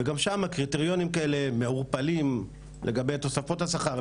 וגם שם הקריטריונים כאלה מעורפלים לגבי תוספות השכר.